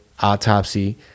autopsy